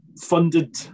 funded